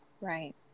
Right